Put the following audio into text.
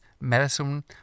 medicine